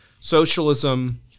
socialism